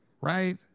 Right